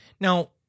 Now